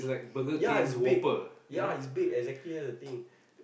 ya it's big ya it's big exactly that's the thing